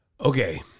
Okay